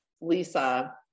Lisa